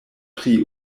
tri